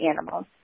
animals